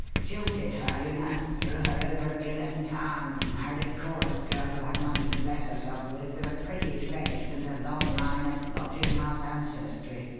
jilted her, you know threw her over at the eleventh hour and married a chorus girl who had nothing to bless herself with but a pretty face and a long line of lodging-house ancestry.